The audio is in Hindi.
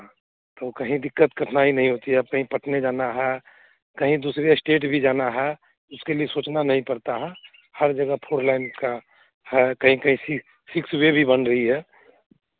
तो कहीं दिक्कत कठिनाई नहीं होती है अब कहीं पटने जाना है कहीं दूसरे स्टेट भी जाना है उसके लिए सोचना नहीं पड़ता है हर जगह फोर लेन का है कहीं कहीं सिक्स वे भी बन रही है